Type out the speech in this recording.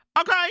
okay